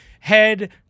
head